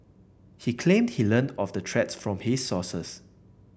he claimed he learnt of the threats from his sources